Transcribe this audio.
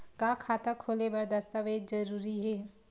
का खाता खोले बर दस्तावेज जरूरी हे?